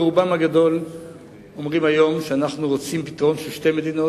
רובם הגדול אומרים היום שאנחנו רוצים פתרון של שתי מדינות.